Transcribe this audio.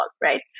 right